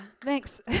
thanks